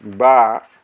বা